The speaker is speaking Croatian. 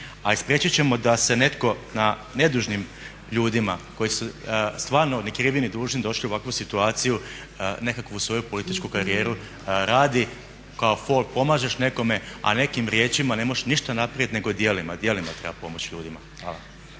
a i spriječit ćemo da se netko na nedužnim ljudima koji su stvarno ni krivi ni dužni došli u ovakvu situaciju, nekakvu svoju političku karijeru radi, kao fol pomažeš nekome, a nekim riječima ne možeš ništa napravit nego djelima. Djelima treba pomoć ljudima.